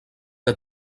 que